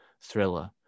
thriller